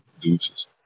Deuces